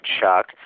Chuck